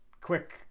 quick